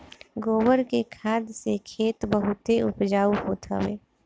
गोबर के खाद से खेत बहुते उपजाऊ होत हवे